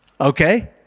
Okay